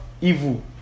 evil